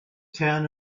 town